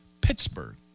Pittsburgh